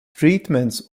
treatments